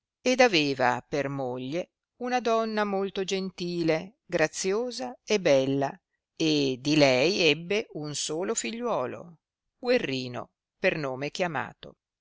ed aveva per moglie una donna molto gentile graziosa e bella e di lei ebbe un solo figliuolo guerrino per nome chiamato